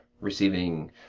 receiving